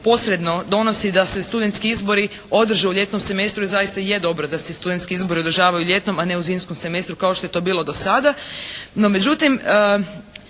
posredno donosi da se studentski izbori održe u ljetnom semestru i zaista je dobro da se studentski izbori održavaju u ljetnom a ne u zimskom semestru kao što je to bilo do sada.